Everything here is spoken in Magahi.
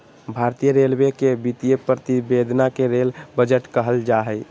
भारतीय रेलवे के वित्तीय प्रतिवेदन के रेल बजट कहल जा हइ